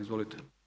Izvolite.